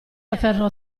afferrò